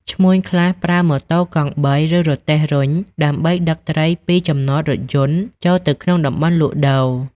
ឈ្មួញខ្លះប្រើ ម៉ូតូកង់បី ឬរទេះរុញដើម្បីដឹកត្រីពីចំណតរថយន្តចូលទៅក្នុងតំបន់លក់ដូរ។